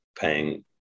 paying